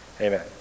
Amen